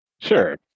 Sure